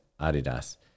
Adidas